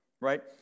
Right